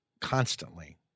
constantly